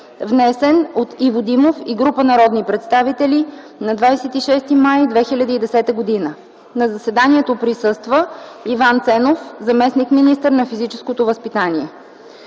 внесен от Иво Димов и група народни представители на 26.05.2010 г. На заседанието присъства Иван Ценов – заместник-министър на физическото възпитание.